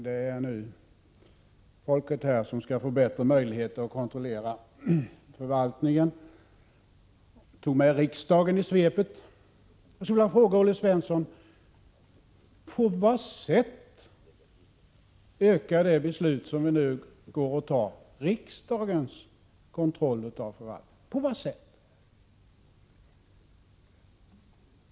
Nu är det folket som skall få bättre möjligheter att kontrollera förvaltningen menade han, och han tog med riksdagen i svepet. Jag skulle vilja fråga Olle Svensson: På vilket sätt ökar det beslut som vi nu går att fatta riksdagens kontroll av förvaltningen? På vilket sätt?